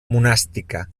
monàstica